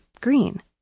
green